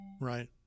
Right